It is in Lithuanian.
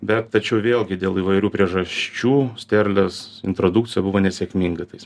bet tačiau vėlgi dėl įvairių priežasčių sterlės introdukcija buvo nesėkminga tais